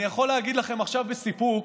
אני יכול להגיד לכם עכשיו בסיפוק